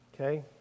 Okay